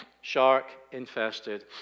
shark-infested